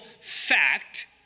fact